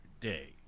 Day